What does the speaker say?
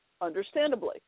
understandably